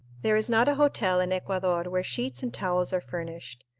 there is not a hotel in ecuador where sheets and towels are furnished.